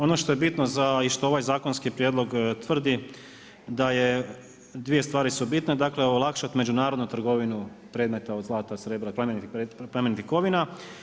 Ono što je bitno za i što ovaj zakonski prijedlog tvrdi da je, dvije stvari su bitne, dakle olakšati međunarodnu trgovinu predmeta od zlata, od srebra, plemenitih kovina.